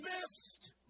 missed